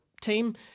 team